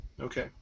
Okay